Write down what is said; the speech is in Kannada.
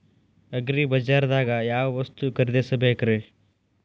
ಅಗ್ರಿಬಜಾರ್ದಾಗ್ ಯಾವ ವಸ್ತು ಖರೇದಿಸಬೇಕ್ರಿ?